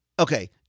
Okay